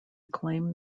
claim